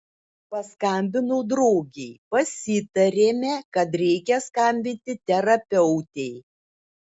paskambinau draugei pasitarėme kad reikia skambinti terapeutei